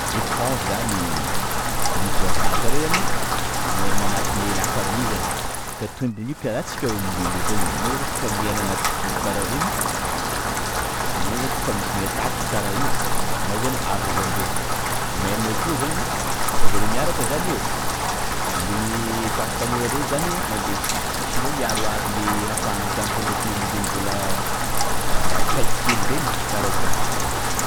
Elephant zany biby bavata reo zany miaina anatiny la famille zany, ka todin'io karah antsika olombelona io koa zany, anao zany koafa miaina anaty troupe karah reny, anao zany koafa misy mi attaque karaha io anao zany arovandreo, meme koa zany koafa zareo miaraka zany io le tanitanora reny zany mandeha aminy sisisisiny eo miaroaro le efa antiantitra ndraiky le mbola tsaiky kely reny, karaha zany.